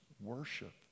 worship